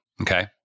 Okay